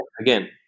again